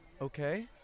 Okay